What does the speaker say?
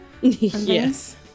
Yes